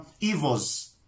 evils